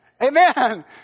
Amen